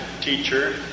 teacher